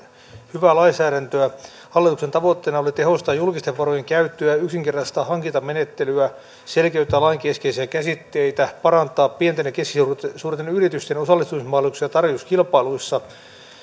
hyvää lainsäädäntöä hallituksen tavoitteena oli tehostaa julkisten varojen käyttöä ja yksinkertaistaa hankintamenettelyä selkeyttää lain keskeisiä käsitteitä parantaa pienten ja keskisuurten yritysten osallistumismahdollisuuksia tarjouskilpailuissa